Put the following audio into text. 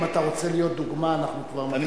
אם אתה רוצה להיות דוגמה, אנחנו כבר מעבר לזמן.